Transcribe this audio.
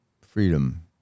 freedom